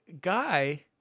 guy